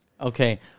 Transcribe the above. Okay